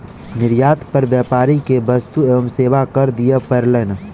निर्यात पर व्यापारी के वस्तु एवं सेवा कर दिअ पड़लैन